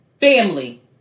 Family